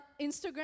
Instagram